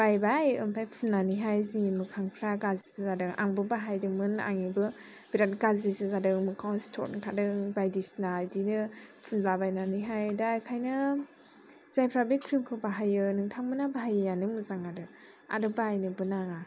बायबाय ओमफ्राय फुननानैहाय जोंनि मोखांफोरा गाज्रिसो जादों आंबो बाहायदोंमोन आंनाबो बिराद गाज्रिसो जादों मोखांआव सिथर ओंखारदों बायदिसिना बिदिनो फुनलाबायनानै दा बेनिखायनो जायफोरा बे क्रिम खौ बाहायो नोंथांमोना बाहायिआनो मोजां आरो बायनोबो नाङा